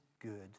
Good